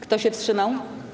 Kto się wstrzymał?